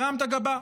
הרמת גבה.